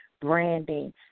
branding